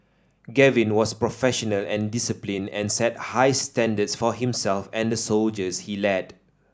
Gavin was professional and disciplined and set high standards for himself and the soldiers he led